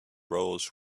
roles